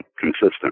consistent